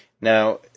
Now